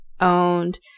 owned